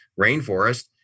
rainforest